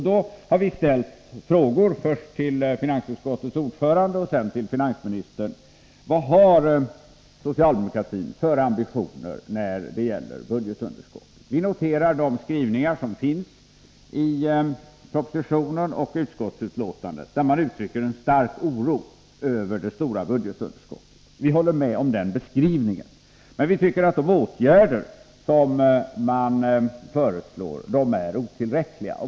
Då har vi ställt frågor, först till finansutskottets ordförande och sedan till finansministern: Vad har socialdemokratin för ambitioner när det gäller budgetunderskottet? Vi noterar de skrivningar som finns i propositionen och i utskottsbetänkandet, där man uttrycker en stark oro över det stora budgetunderskottet. Vi håller med om den beskrivningen, men vi tycker att de åtgärder som man föreslår är otillräckliga.